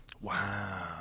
Wow